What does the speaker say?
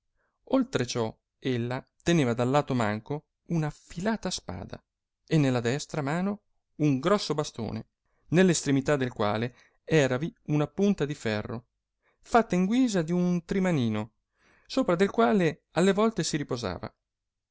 oltre ciò ella teneva dal lato manco una affilata spada e nella destra mano un grosso bastone nell estremità del quale eravi una punta di ferro fatta in guisa d un trimanino sopra del quale alle volte si riposava